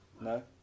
No